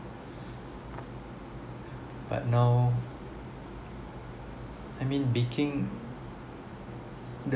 but now I mean baking the